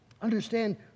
Understand